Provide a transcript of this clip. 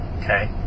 okay